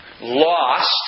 lost